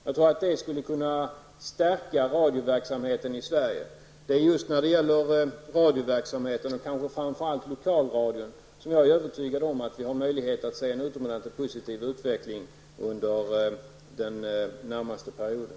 Jag tror att detta skulle stärka radioverksamheten i Sverige. Det är just när det gäller radioverksamheten och kanske framför allt Lokalradion som jag är övertygad om att vi får se en utomordentligt positiv utveckling under den närmaste perioden.